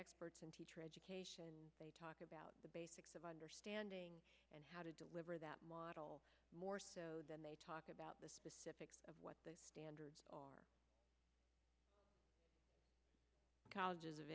experts in teacher education and they talk about the basics of understanding and how to deliver that model more so than they talk about the specifics of what the standards are colleges of